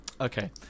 Okay